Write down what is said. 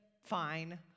Fine